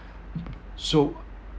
so